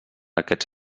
aquests